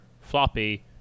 floppy